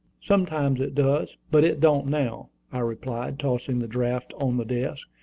sometimes it does but it don't now, i replied, tossing the draft on the desk,